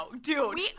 Dude